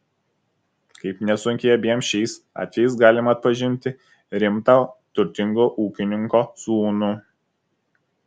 kaip nesunkiai abiem šiais atvejais galima atpažinti rimtą turtingo ūkininko sūnų